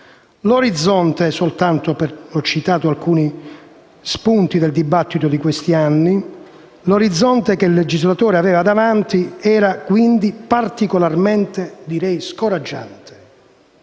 L'orizzonte che il legislatore aveva davanti era, quindi, particolarmente scoraggiante